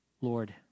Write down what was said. Lord